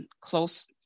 close